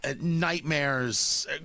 nightmares